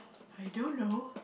I don't know